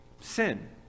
sin